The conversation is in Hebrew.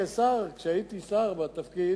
כשהייתי שר בתפקיד,